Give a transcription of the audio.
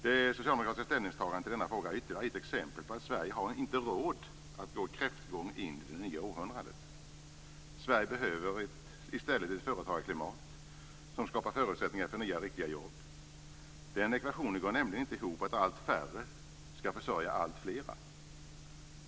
Det socialdemokratiska ställningstagandet i denna fråga är ytterligare ett exempel på att Sverige inte har råd att gå kräftgång in i det nya århundradet. Sverige behöver i stället ett företagarklimat som skapar förutsättningar för nya, riktiga jobb. Ekvationen går nämligen inte ihop att allt färre skall försörja allt fler.